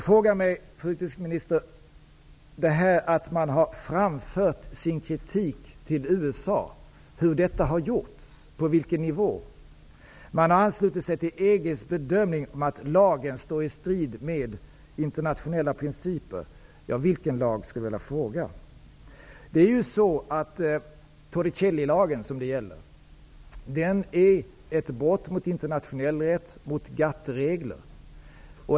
När det gäller detta med att man har framfört sin kritik till USA undrar jag, fru utrikesminister, hur detta har gjorts, på vilken nivå det skett. Man har anslutit sig till EG:s bedömning att lagen står i strid med internationella principer. Vilken lag? Torricellilagen, som det här gäller, är ett brott mot internationell rätt och mot GATT-regler.